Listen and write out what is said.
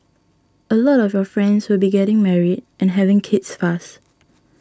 a lot of your friends will be getting married and having kids fast